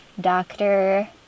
doctor